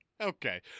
Okay